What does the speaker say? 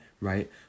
right